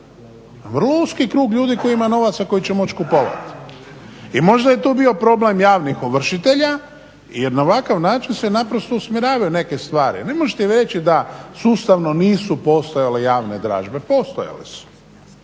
vrlo uski krug ljudi koji ima novaca koji će moći kupovati. I možda je tu bio problem javnih ovršitelja jer na ovakav način se naprosto usmjeravaju neke stvari. Ne možete mi reći da sustavno nisu postojale javne dražbe, postojale su,